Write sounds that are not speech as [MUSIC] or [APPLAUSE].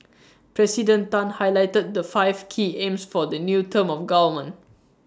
[NOISE] President Tan highlighted the five key aims for the new term of government